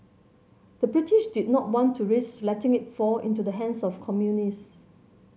the British did not want to risk letting it fall into the hands of communist